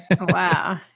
Wow